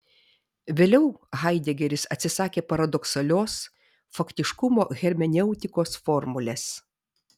vėliau haidegeris atsisakė paradoksalios faktiškumo hermeneutikos formulės